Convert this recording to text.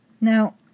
Now